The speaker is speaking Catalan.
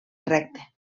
recte